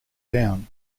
down